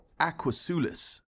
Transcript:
Aquasulis